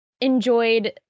enjoyed